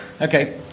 Okay